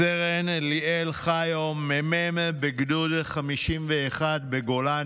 סרן ליאל חיו, מ"מ בגדוד 51 בגולני,